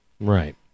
Right